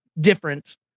different